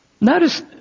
Notice